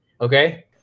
Okay